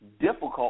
difficult